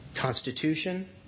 constitution